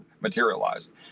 materialized